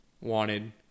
wanted